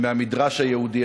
מהמדרש היהודי,